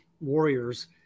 warriors